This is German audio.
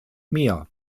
meer